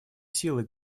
силой